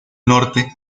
norte